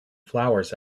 flowers